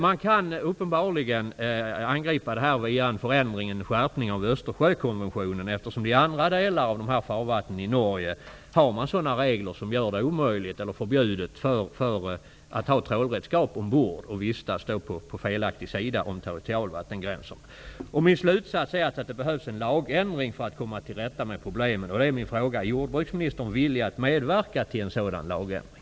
Man kan uppenbarligen angripa detta via en skärpning av Östersjökonventionen, eftersom man i Norge har regler som gör det omöjligt eller förbjudet att ha trålredskap ombord och vistas på felaktig sida av en territorialvattengräns. Min slutsats är att det behövs en lagändring för att komma till rätta med problemen. Är jordbruksministern villig att medverka till en sådan lagändring?